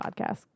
podcast